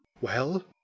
Well